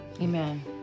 Amen